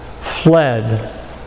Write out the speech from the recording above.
fled